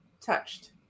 touched